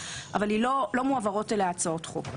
אבל לא מועברות אליה הצעות חוק.